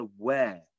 aware